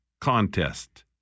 contest